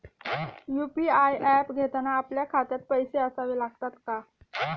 UPI app घेताना आपल्या खात्यात पैसे असावे लागतात का?